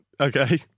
Okay